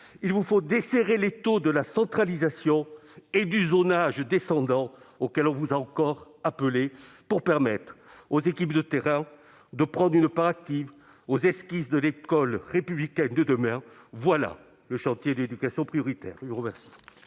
Il vous faut desserrer l'étau de la centralisation et du zonage descendant auxquels on vous a encore appelée, pour permettre aux équipes de terrain de prendre une part active aux esquisses de l'école républicaine de demain. Voilà le chantier de l'éducation prioritaire